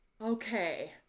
Okay